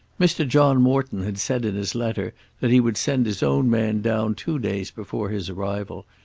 mr. john morton had said in his letter that he would send his own man down two days before his arrival,